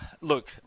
look